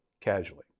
casually